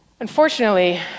Unfortunately